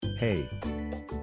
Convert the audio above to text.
Hey